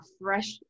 fresh